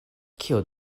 kio